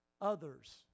others